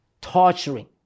torturing